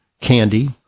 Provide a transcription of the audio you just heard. candy